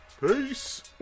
Peace